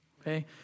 okay